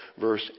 verse